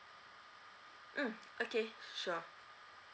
mm okay sure